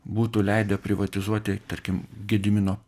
būtų leidę privatizuoti tarkim gedimino